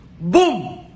boom